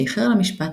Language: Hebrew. שאיחר למשפט,